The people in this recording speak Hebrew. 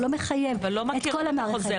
הוא לא מחייב את כל המערכת.